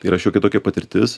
yra šiokia tokia patirtis